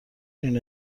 این